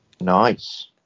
Nice